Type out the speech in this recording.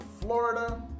Florida